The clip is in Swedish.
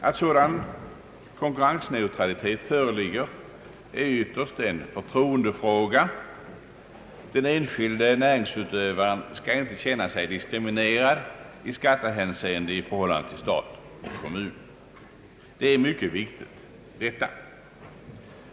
Att sådan konkurrensneutralitet = föreligger = är ytterst en förtroendefråga. Den enskilde näringsutövaren skall inte känna sig diskriminerad i skattehänseende i förhållande till stat och kommun. Detta är mycket viktigt.